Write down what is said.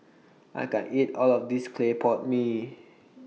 I can't eat All of This Clay Pot Mee